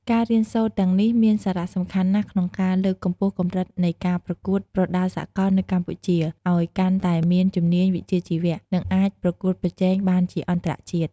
ការរៀនសូត្រទាំងនេះមានសារៈសំខាន់ណាស់ក្នុងការលើកកម្ពស់កម្រិតនៃការប្រកួតប្រដាល់សកលនៅកម្ពុជាឲ្យកាន់តែមានជំនាញវិជ្ជាជីវៈ និងអាចប្រកួតប្រជែងបានជាអន្តរជាតិ។